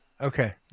Okay